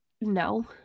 no